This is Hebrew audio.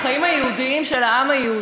החיים היהודיים של העם היהודי,